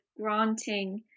granting